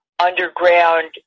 underground